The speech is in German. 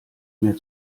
mehr